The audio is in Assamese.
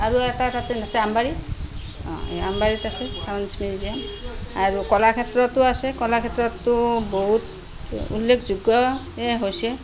আৰু এটা তাতে আছে আমবাৰীত আমবাৰীত আছে ছায়েঞ্চ মিউজিয়াম আৰু কলাক্ষেত্ৰটো আছে কলাক্ষেত্ৰটো বহুত উল্লেখযোগ্য হৈছে